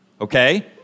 okay